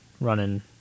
running